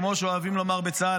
כמו שאוהבים לומר בצה"ל,